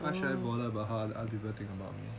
why should I bother how other people think about me